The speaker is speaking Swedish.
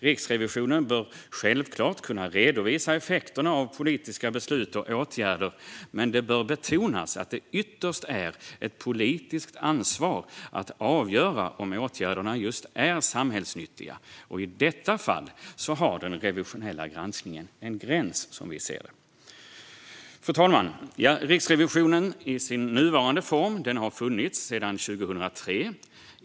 Riksrevisionen bör självklart kunna redovisa effekterna av politiska beslut och åtgärder, men det bör betonas att det ytterst är ett politiskt ansvar att avgöra om åtgärderna just är samhällsnyttiga. I detta fall har den revisionella granskningen en gräns, som vi ser det. Fru talman! Riksrevisionen i nuvarande form har funnits sedan 2003.